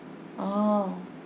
oh